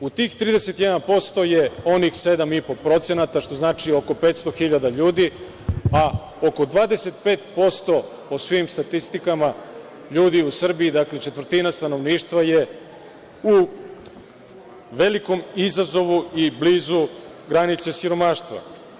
U tih 31% je onih 7,5%, što znači oko 500.000 ljudi, a oko 25%, po svim statistikama, ljudi u Srbiji, dakle, četvrtina stanovništva je u velikom izazovu i blizu granice siromaštva.